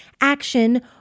Action